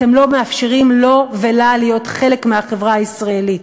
אתם לא מאפשרים לו ולה להיות חלק מהחברה הישראלית.